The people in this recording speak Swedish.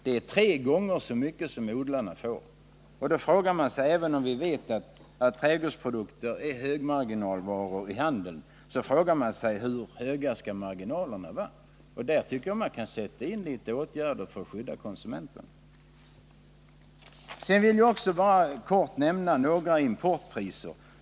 Det är tre gånger så mycket som odlarna får. Även om det är känt att trädgårdsprodukter är högmarginalvaror i handeln, frågar man sig hur stora marginalerna skall vara. Här tycker jag att man kan sätta in åtgärder för att skydda konsumenterna. Jag vill också helt kort nämna några importpriser.